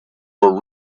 were